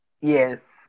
Yes